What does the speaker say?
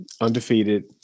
Undefeated